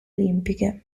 olimpiche